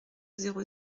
zéro